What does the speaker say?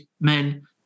men